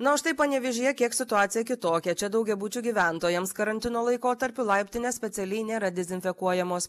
na o štai panevėžyje kiek situacija kitokia čia daugiabučių gyventojams karantino laikotarpiu laiptinės specialiai nėra dezinfekuojamos